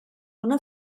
una